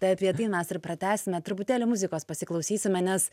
tai apie tai mes ir pratęsime truputėlį muzikos pasiklausysime nes